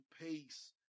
pace